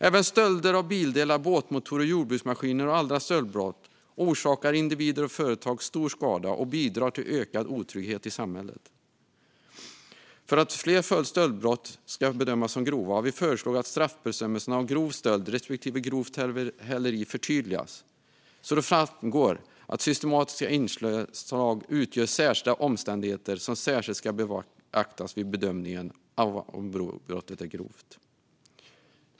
Även stölder av bildelar, båtmotorer och jordbruksmaskiner och andra stöldbrott åsamkar individer och företag stor skada och bidrar till ökad otrygghet i samhället. För att fler stöldbrott ska bedömas som grova har vi föreslagit att straffbestämmelserna om grov stöld respektive grovt häleri förtydligas så att det framgår att systematiska inslag utgör sådana omständigheter som särskilt ska beaktas vid bedömningen av om brottet är grovt.